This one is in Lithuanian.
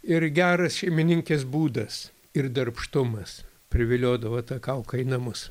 ir geras šeimininkės būdas ir darbštumas priviliodavo tą kauką į namus